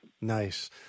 Nice